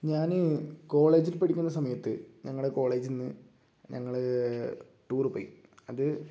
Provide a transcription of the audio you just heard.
ഞാൻ കോളേജിൽ പഠിക്കുന്ന സമയത്ത് ഞങ്ങടെ കോളേജിൽ നിന്ന് ഞങ്ങൾ ടൂർ പോയി അത്